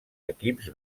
equips